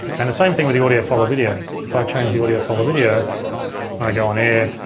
and the same thing with the audio follow video, if i change the audio follow video and i go on air,